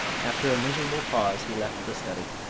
after a miserable pause, he left the study.